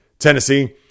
Tennessee